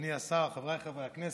אדוני השר, חבריי חברי הכנסת,